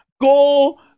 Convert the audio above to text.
goal